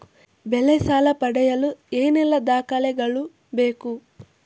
ಬೆಳೆ ಸಾಲ ಪಡೆಯಲು ಏನೆಲ್ಲಾ ದಾಖಲೆಗಳು ಬೇಕು?